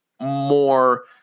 more